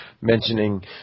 mentioning